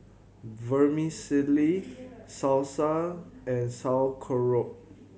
Vermicelli Salsa and Sauerkraut